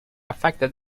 affected